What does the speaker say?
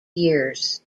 years